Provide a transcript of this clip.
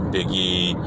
Biggie